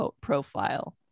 profile